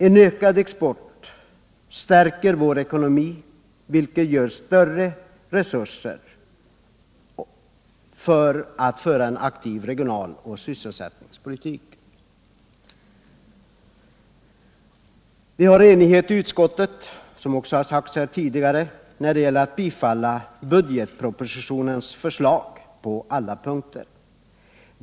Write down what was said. En ökad export stärker vår ekonomi, vilket ger större resurser för att föra en aktiv regionaloch sysselsättningspolitik. Det var enighet i utskottet, som också har sagts här tidigare, när det gällde att bifalla budgetpropositionens förslag på alla punkter.